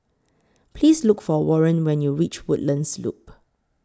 Please Look For Warren when YOU REACH Woodlands Loop